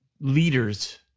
leaders